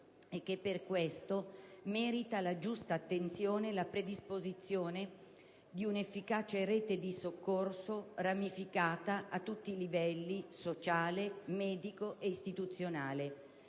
e che, per questo, merita la giusta attenzione e la predisposizione di un'efficace rete di soccorso ramificata a tutti i livelli: sociale, medico e istituzionale.